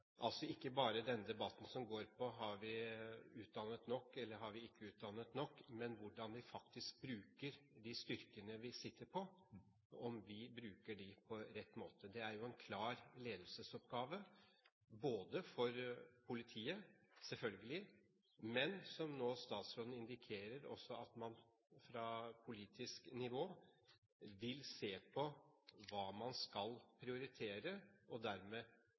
altså ikke bare den debatten som går på om vi har utdannet nok eller ikke har utdannet nok, men hvordan vi faktisk bruker de styrkene vi sitter på, og om vi bruker dem på rett måte. Det er en klar ledelsesoppgave for politiet, selvfølgelig, men som statsråden nå indikerer, vil man også fra politisk nivå se på hva man skal prioritere, og dermed